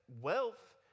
Wealth